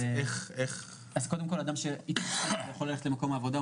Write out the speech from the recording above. אז קודם כל אדם שהתחסן יכול ללכת למקום העבודה,